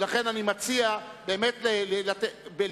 ולכן אני מציע להיות ביקורתיים,